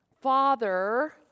Father